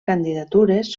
candidatures